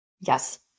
Yes